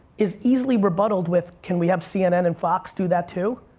is easily rebuttaled with, can we have cnn and fox do that too?